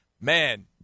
Man